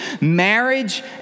marriage